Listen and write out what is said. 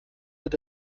wird